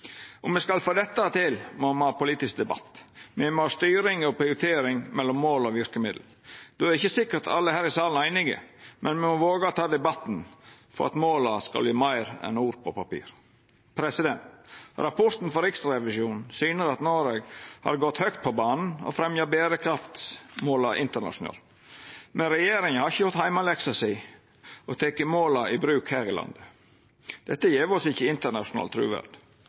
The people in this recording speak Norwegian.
Om me skal få dette til, må me ha politisk debatt. Me må ha styring og prioritering mellom mål og verkemiddel. Då er det ikkje sikkert at alle her i salen er einige, men me må våga å ta debatten, for at måla skal verta meir enn ord på papir. Rapporten frå Riksrevisjonen syner at Noreg har gått høgt på banen og fremja berekraftsmåla internasjonalt, men regjeringa har ikkje gjort heimeleksa si og teke måla i bruk her i landet. Dette gjev oss ikkje internasjonal truverd.